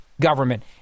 government